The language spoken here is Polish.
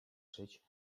żyć